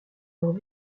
alors